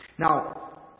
Now